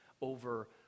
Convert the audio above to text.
over